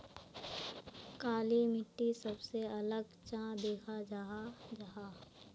काली मिट्टी सबसे अलग चाँ दिखा जाहा जाहा?